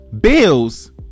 bills